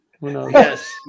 Yes